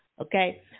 okay